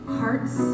hearts